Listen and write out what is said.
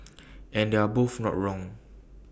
and they're both not wrong